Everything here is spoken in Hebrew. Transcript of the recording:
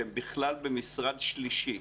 שהן בכלל במשרד שלישי.